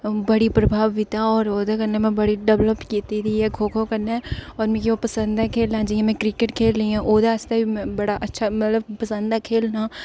बड़ी प्रभावित ऐ ते ओह्दे कन्नै में बड़ी डिवैलप कीती दी ऐ खो खो कन्नै ते ओह् मिगी पसंद ऐ खेढना जियां क्रिकेट खेढनी ऐ ओह्दे आस्तै बी बड़ा अच्छा मतलब पसंद ऐ खेढना